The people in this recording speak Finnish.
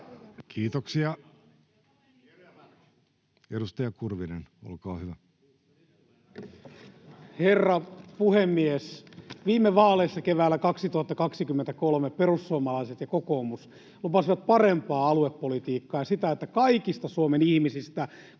Kalmari kesk) Time: 16:51 Content: Herra puhemies! Viime vaaleissa keväällä 2023 perussuomalaiset ja kokoomus lupasivat parempaa aluepolitiikkaa, sitä, että kaikista Suomen ihmisistä